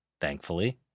thankfully